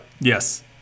Yes